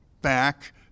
back